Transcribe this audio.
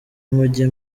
mujye